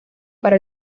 para